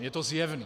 Je to zjevné.